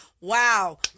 Wow